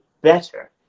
better